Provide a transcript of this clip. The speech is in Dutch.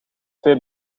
twee